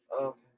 Okay